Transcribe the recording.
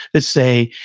that say,